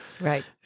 Right